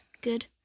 Good